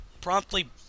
promptly